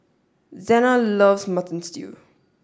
Zena loves Mutton Stew